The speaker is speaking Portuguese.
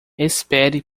espere